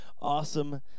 awesome